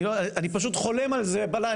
אני פשוט חולם על זה בלילה,